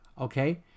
okay